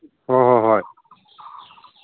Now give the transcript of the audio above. ꯍꯣꯏ ꯍꯣꯏ ꯍꯣꯏ